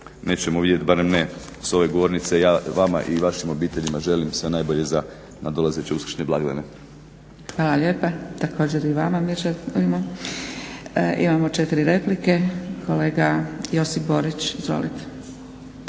nećemo vidjet, barem ne s ove govornice, ja vama i vašim obiteljima želim sve najbolje za nadolazeće uskršnje blagdane. **Zgrebec, Dragica (SDP)** Hvala lijepa. Također i vama mi želimo. Imamo četiri replike. Kolega Josip Borić, izvolite.